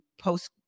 post